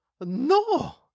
No